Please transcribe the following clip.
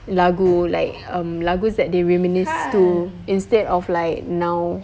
lagu like um lagus that they reminisce to instead of like now